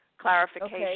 clarification